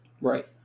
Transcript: Right